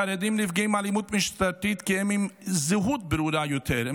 חרדים נפגעים מאלימות משטרתית כי הם עם זהות ברורה יותר.